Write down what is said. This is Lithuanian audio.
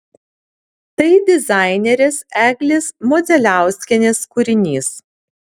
tai dizainerės eglės modzeliauskienės kūrinys